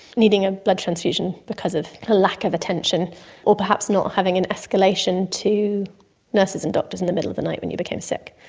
needing a blood transfusion because of a lack of attention or perhaps not having an escalation to nurses and doctors in the middle of the night when you became sick.